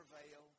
prevail